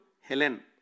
Helen